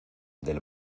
del